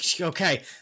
Okay